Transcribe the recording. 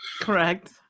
Correct